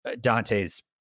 Dante's